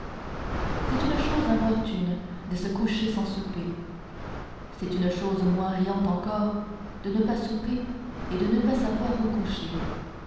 c'est une chose importune de se coucher sans souper c'est une chose moins riante encore de ne pas souper et de ne savoir où coucher